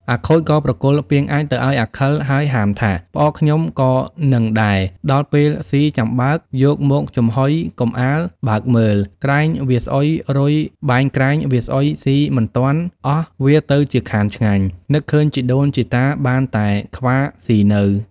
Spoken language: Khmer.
អាខូចក៏ប្រគល់ពាងអាចម៏ទៅឱ្យអាខិលហើយហាមថា“ផ្អកខ្ញុំក៏នឹងដែរដល់ពេលស៊ីចាំបើកយកមកចំហុយកុំអាលបើកមើលក្រែងវាស្អុយរុយបែងក្រែងវាស្អុយស៊ីមិនទាន់អស់វាទៅជាខានឆ្ងាញ់ នឹកឃើញជីដូនជីតា បានតែខ្វាស៊ីនៅ”។